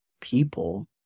People